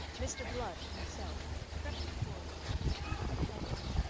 mr. blood, himself, crept forward with two companions,